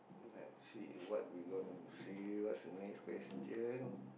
let me see what we going to see what's the next question